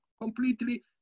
completely